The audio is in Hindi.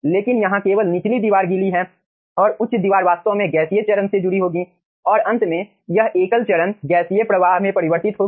लेकिन यहां केवल निचली दीवार गीली है और उच्च दीवार वास्तव में गैसीय चरण से जुड़ी होगी और अंत में यह एकल चरण गैसीय प्रवाह में परिवर्तित होगी